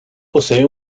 posee